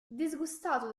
disgustato